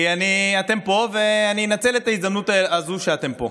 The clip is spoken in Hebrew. כי אתם פה, ואני אנצל את ההזדמנות הזו שאתם פה.